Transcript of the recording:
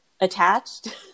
attached